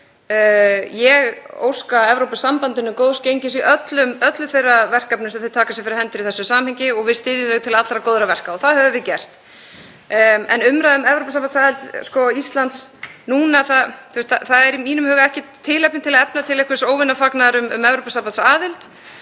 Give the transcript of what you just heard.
Ég óska Evrópusambandinu góðs gengis í öllum verkefnum sem þau taka sér fyrir hendur í þessu samhengi og við styðjum þau til allra góðra verka og það höfum við gert. En varðandi umræðu um Evrópusambandsaðild Íslands núna þá er í mínum huga ekkert tilefni til að efna til einhvers óvinafagnaðar um Evrópusambandsaðild.